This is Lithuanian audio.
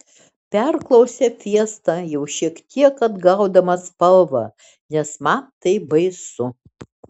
perklausė fiesta jau šiek tiek atgaudama spalvą nes man tai baisu